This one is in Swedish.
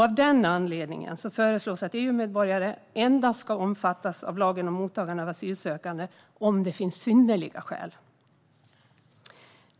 Av den anledningen förslås att EU-medborgare endast ska omfattas av lagen om mottagande av asylsökande m.fl. om det finns synnerliga skäl.